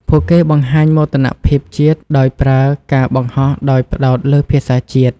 ពួកគេបង្ហាញមោទនភាពជាតិដោយប្រើការបង្ហោះដោយផ្តោតលើភាសាជាតិ។